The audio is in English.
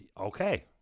okay